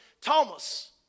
Thomas